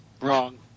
wrong